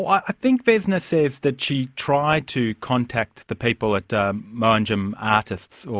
i think vesna says that she tried to contact the people at mowanjum artists,